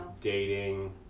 dating